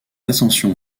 ascension